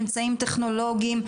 אמצעים טכנולוגיים,